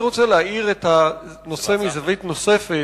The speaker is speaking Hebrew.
אני רוצה להאיר את הנושא מזווית נוספת.